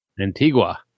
Antigua